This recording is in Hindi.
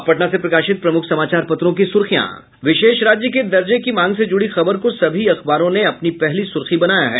अब पटना से प्रकाशित प्रमुख समाचार पत्रों की सुर्खियां विशेष राज्य के दर्जे की मांग से जुड़ी खबर को सभी अखबारों अपनी पहली सुर्खी बनाया है